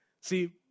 See